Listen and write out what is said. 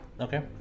Okay